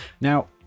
Now